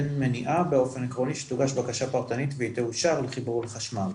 אין מניעה באופן עקרוני שתוגש בקשה פרטנית והיא תאושר לחיבור חשמל.